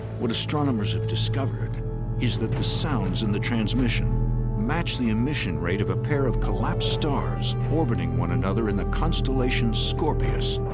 what astronomers have discovered is that the sounds in the transmission match the emission rate of a pair of collapsed stars orbiting one another in the constellation scorpius,